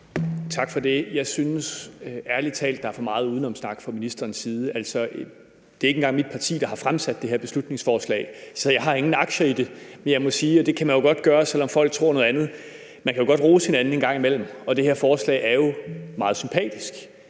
Tak for det. Jeg synes ærlig talt, at der er for meget udenomssnak fra ministerens side. Det er ikke engang mit parti, der har fremsat det her beslutningsforslag, så jeg har ingen aktier i det. Men jeg vil sige, at det kan man jo godt gøre, selv om folk tror noget andet, altså at man godt kan rose hinanden indimellem, og det her forslag er jo meget sympatisk.